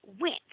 went